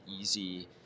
easy